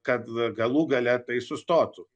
kad galų gale tai sustotų